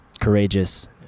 courageous